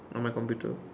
on my computer